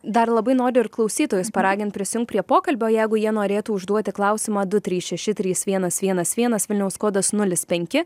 dar labai noriu ir klausytojus paragint prisijungti prie pokalbio jeigu jie norėtų užduoti klausimą du trys šeši trys vienas vienas vienas vilniaus kodas nulis penki